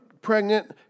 pregnant